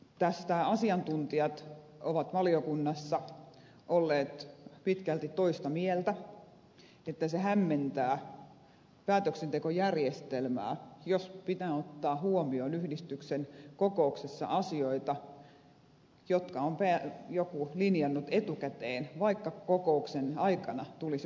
tästä asiantuntijat ovat valiokunnassa olleet pitkälti toista mieltä että se hämmentää päätöksentekojärjestelmää jos pitää ottaa huomioon yhdistyksen kokouksessa asioita jotka on joku linjannut etukäteen vaikka kokouksen aikana tulisi uudenlaisia esityksiä